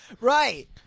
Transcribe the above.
Right